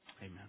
amen